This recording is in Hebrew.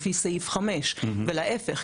לפי סעיף 5. אבל ההיפך,